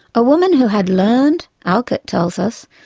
a woman who had learned, alcott tells us,